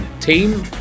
team